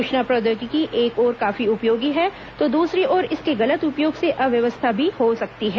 सूचना प्रौद्योगिकी एक ओर काफी उपयोगी है तो दूसरी ओर इसके गलत उपयोग से अव्यवस्था भी हो सकती है